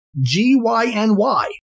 G-Y-N-Y